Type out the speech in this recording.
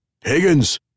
Higgins